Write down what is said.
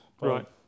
Right